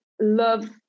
love